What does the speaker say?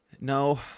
no